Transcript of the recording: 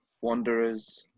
Wanderers